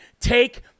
take